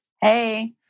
Hey